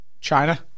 China